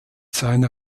seiner